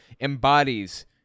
embodies